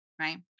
Right